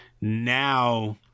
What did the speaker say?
now